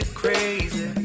crazy